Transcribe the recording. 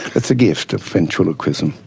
it's a gift of ventriloquism.